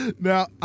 Now